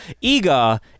Ega